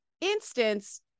instance